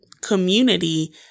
community